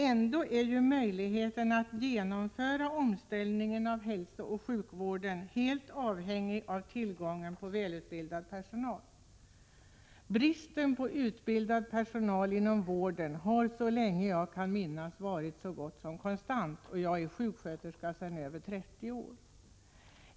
Ändå är ju möjligheten att genomföra omställningen av hälsooch sjukvården helt avhängig av tillgången på välutbildad personal. Bristen på utbildad personal inom vården har så länge jag kan minnas varit så gott som konstant — och jag är sjuksköterska sedan över 30 år tillbaka.